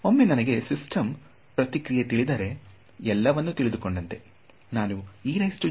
ಒಮ್ಮೆ ನನಗೆ ಸಿಸ್ಟಮ್ನ ಪ್ರತಿಕ್ರಿಯೆ ತಿಳಿದರೆ ಎಲ್ಲವನ್ನು ತಿಳಿದುಕೊಂಡಂತೆ